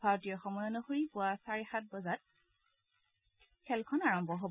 ভাৰতীয় সময় অনুসৰি পুৱা চাৰে বজাত খেলখন আৰম্ভ হব